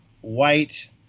white